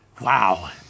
wow